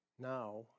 now